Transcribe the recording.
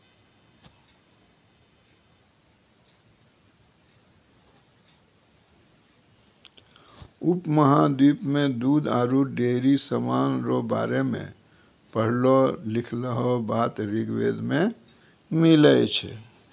उपमहाद्वीप मे दूध आरु डेयरी समान रो बारे मे पढ़लो लिखलहा बात ऋग्वेद मे मिलै छै